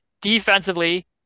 defensively